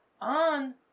on